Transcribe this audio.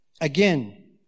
Again